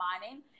mining